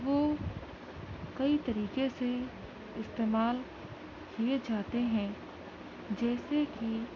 وہ کئی طریقے سے استعمال کیے جاتے ہیں جیسے کہ